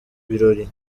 birori